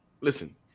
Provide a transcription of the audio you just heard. listen